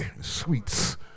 sweets